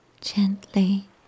gently